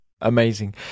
amazing